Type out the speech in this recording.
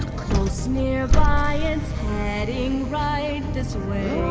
close nearby, it's heading right this way